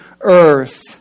earth